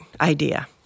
idea